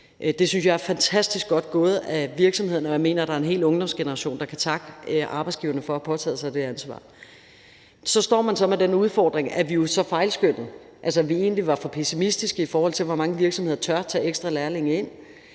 Det synes jeg er fantastisk godt gået af virksomhederne, og jeg mener, at der er en hel ungdomsgeneration, der kan takke arbejdsgiverne for at have påtaget sig det ansvar. Så står man så med den udfordring, at vi jo så fejlskønnede, altså at vi egentlig var for pessimistiske, i forhold til hvor mange virksomheder der turde tage ekstra lærlinge ind,